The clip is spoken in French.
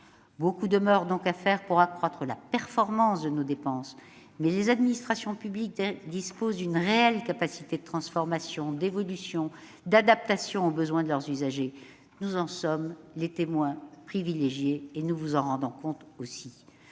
Beaucoup demeure donc à faire pour accroître la performance de nos dépenses, mais les administrations publiques disposent d'une réelle capacité de transformation, d'évolution, d'adaptation aux besoins de leurs usagers. Nous en sommes les témoins privilégiés et nous vous en rendons compte.